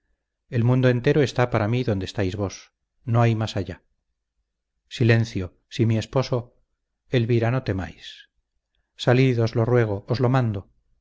el mundo entero está para mí donde estáis vos no hay mas allá silencio si mi esposo elvira no temáis salid os lo ruego os lo mando